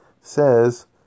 says